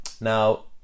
Now